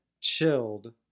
Chilled